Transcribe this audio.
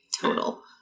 Total